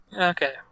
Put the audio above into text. okay